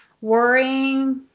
worrying